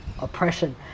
oppression